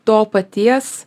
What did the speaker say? to paties